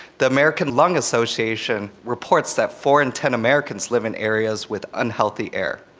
the american lung association reports that four in ten americans live in areas with unhealthy air.